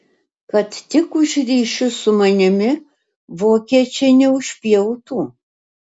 kad tik už ryšius su manimi vokiečiai neužpjautų